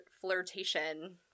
flirtation